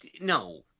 no